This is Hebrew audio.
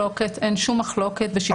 אין שום מחלוקת בשיקול הדעת של השרים.